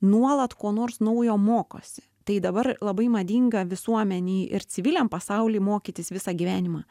nuolat ko nors naujo mokosi tai dabar labai madinga visuomenei ir civiliam pasauly mokytis visą gyvenimą